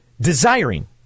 desiring